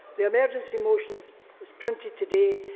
the emergency motions printed today,